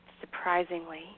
surprisingly